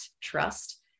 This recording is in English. trust